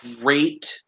great